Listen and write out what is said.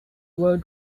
were